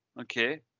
okay